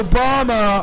Obama